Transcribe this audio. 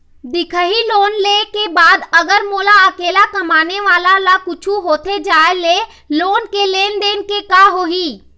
दिखाही लोन ले के बाद अगर मोला अकेला कमाने वाला ला कुछू होथे जाय ले लोन के लेनदेन के का होही?